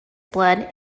blood